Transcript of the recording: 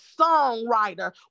songwriter